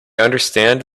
understand